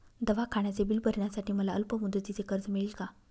दवाखान्याचे बिल भरण्यासाठी मला अल्पमुदतीचे कर्ज मिळेल का?